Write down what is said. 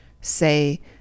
say